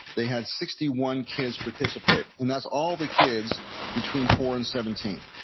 they had sixty one kids participate. and that's all the kids between four and seventeen.